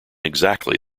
exactly